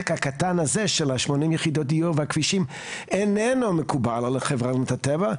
הקטן הזה של ה-80 יחידות דיור והכבישים איננו מקובל על החברה להגנת הטבע.